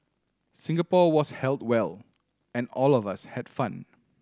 Singapore was held well and all of us had fun